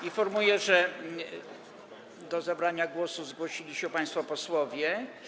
Informuję, że do zabrania głosu zgłosili się państwo posłowie.